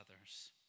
others